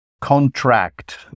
contract